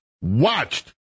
watched